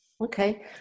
okay